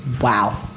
wow